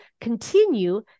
continue